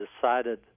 decided